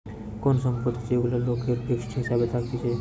কোন সম্পত্তি যেগুলা লোকের ফিক্সড হিসাবে থাকতিছে